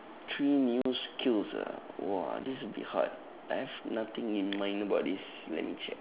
three new skills ah !wah! this will be hard I have nothing in mind about this let me check